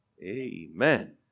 Amen